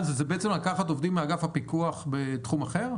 זה בעצם לקחת עובדים מאגף הפיקוח בתחום אחר?